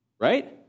right